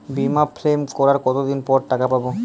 বিমা ক্লেম করার কতদিন পর টাকা পাব?